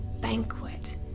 banquet